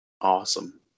Awesome